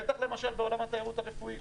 בטח בעולם התיירות הרפואית.